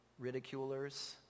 ridiculers